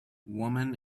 woman